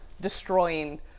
destroying